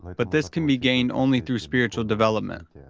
but this can be gained only through spiritual development,